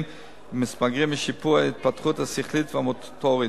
ובמתבגרים ושיפור ההתפתחות השכלית והמוטורית.